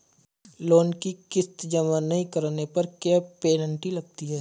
Loan की किश्त जमा नहीं कराने पर क्या पेनल्टी लगती है?